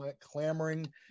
clamoring